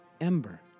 Ember